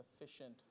sufficient